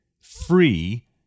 free